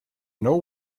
know